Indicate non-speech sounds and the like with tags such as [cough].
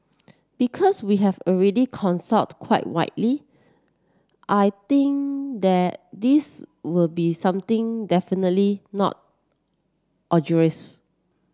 because we have already consulted quite widely I think that this will be something definitely not [unintelligible]